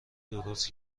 درست